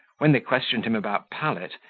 when they questioned him about pallet,